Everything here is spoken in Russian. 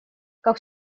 как